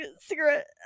cigarette